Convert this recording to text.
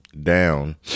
Down